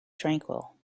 tranquil